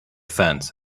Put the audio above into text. fence